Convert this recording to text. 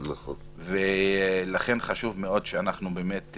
לכן חשוב מאוד שנקפיד.